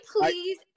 please